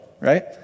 right